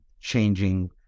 changing